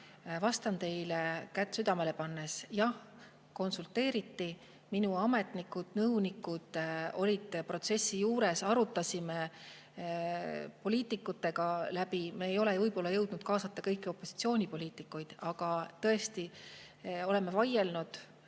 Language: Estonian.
Vastan teile kätt südamele pannes: jah, konsulteeriti. Minu ametnikud, nõunikud olid protsessis juures, kui seda poliitikutega läbi arutasime. Me ei ole jõudnud kaasata kõiki opositsioonipoliitikuid, aga tõesti oleme vaielnud